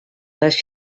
les